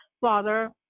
Father